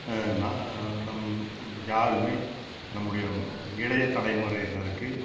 நா நம் யாருமே நம்முடைய இளைய தலைமுறையினருக்கு